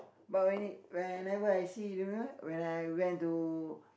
but when whenever I see remember when I went to